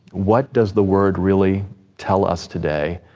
what does the word really tell us today?